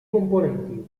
componenti